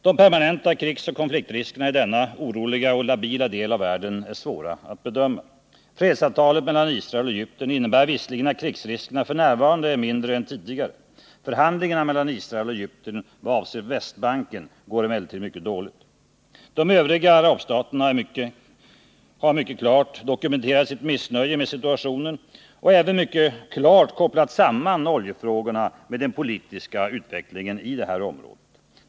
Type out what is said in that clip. De permanenta krigsoch konfliktriskerna i denna oroliga och labila del av världen är svåra att bedöma. Fredsavtalet mellan Israel och Egypten innebär visserligen att krigsriskerna f. n. är mindre än tidigare. Förhandlingarna mellan Israel och Egypten i vad avser Västbanken går emellertid dåligt. De övriga arabstaterna har mycket klart dokumenterat sitt missnöje med situationen — och även mycket klart kopplat samman oljefrågorna med den politiska utvecklingen i området.